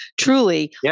truly